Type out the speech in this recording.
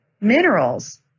minerals